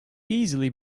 easily